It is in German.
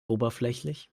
oberflächlich